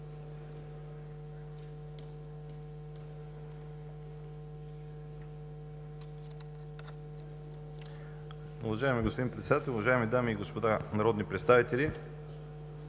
Уважаеми господин Председател, уважаеми дами и господа народни представители!